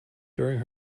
during